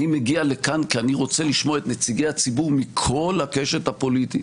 אני מגיע לכאן כי אני רוצה לשמוע את נציגי הציבור מכל הקשת הפוליטית,